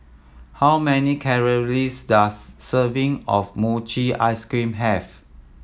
how many calories does serving of mochi ice cream have